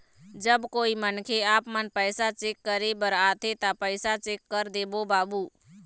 जब कोई मनखे आपमन पैसा चेक करे बर आथे ता पैसा चेक कर देबो बाबू?